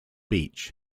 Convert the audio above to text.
beach